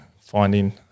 finding